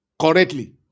correctly